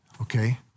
Okay